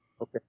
Okay